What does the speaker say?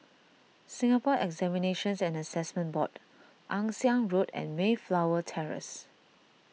Singapore Examinations and Assessment Board Ann Siang Road and Mayflower Terrace